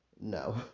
No